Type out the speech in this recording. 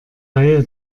reihe